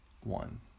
one